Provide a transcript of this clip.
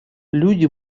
люди